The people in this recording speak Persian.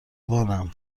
بانم